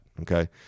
okay